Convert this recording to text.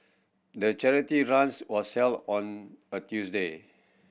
the charity runs was held on a Tuesday